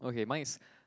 okay mine is